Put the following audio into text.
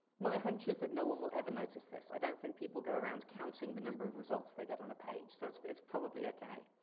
my hunch is that no one will ever notice this, i don't think people go around counting the number of results they get on a page, so it's it's probably okay.